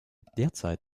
derzeit